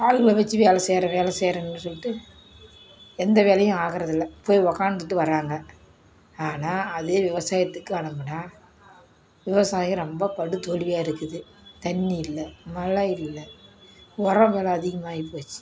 ஆளுங்களை வச்சு வேலை செய்யறேன் வேலை செய்யறன்னு சொல்லிவிட்டு எந்த வேலையும் ஆகுறதில்லை போய் உட்காந்துட்டு வராங்க ஆனால் அதே விவசாயத்துக்கு அனுப்பினா விவசாயம் ரொம்ப படு தோல்வியாக இருக்குது தண்ணி இல்லை மழை இல்லை உரம் வில அதிகமாகி போச்சு